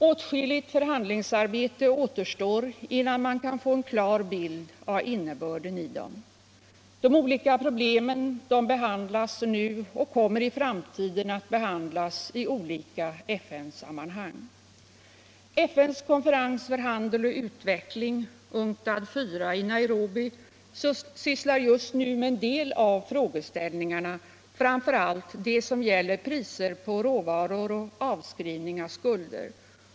Åtskilligt förhandlingsarbete återstår innan man kan få en klar bild av innebörden i dem. De olika problemen behandlas nu och kommer i framtiden att behandlas i olika FN-sammanhang. FN:s konferens för handel och utveckling, UNCTAD IV i Nairobi, sysslar just nu med en del av frågeställningarna, framför allt dem som gäller priser på råvaror och avskrivning av skulder.